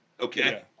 Okay